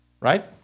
right